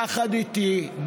יחד איתי,